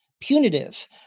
punitive